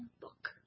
book